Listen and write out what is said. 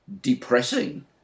depressing